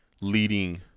leading